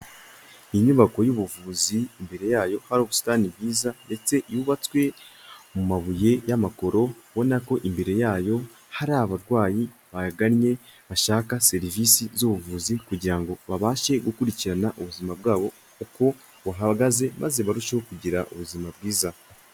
Inyubako y'ubuvuzi imbere yayo hari ubusitani bwiza ndetse yubatswe mu mabuye y'amakoro, ubona ko imbere yayo hari abarwayi bahagannye bashaka serivisi z'ubuvuzi kugira ngo babashe gukurikirana ubuzima bwabo uko buhagaze, maze barusheho kugira ubuzima bwiza.